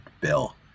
bill